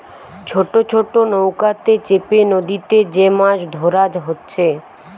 ছোট ছোট নৌকাতে চেপে নদীতে যে মাছ ধোরা হচ্ছে